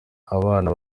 abana